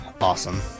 awesome